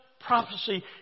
prophecy